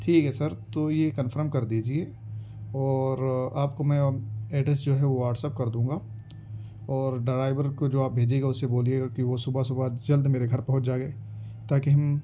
ٹھیک ہے سر تو یہ کنفرم کر دیجیے اور آپ کو میں ایڈریس جو ہے وہ واٹس اپ کر دوں گا اور ڈرائیور کو جو آپ بھیجیے گا اسے بولیے گا کہ وہ صبح صبح جلد میرے گھر پہنچ جائے تاکہ ہم